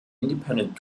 independent